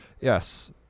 Yes